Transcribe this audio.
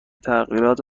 تغییرات